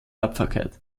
tapferkeit